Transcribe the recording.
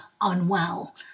unwell